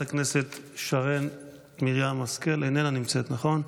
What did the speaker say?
חברת הכנסת שרן מרים השכל, איננה נמצאת, נכון?